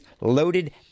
loaded